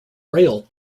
rail